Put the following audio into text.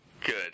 good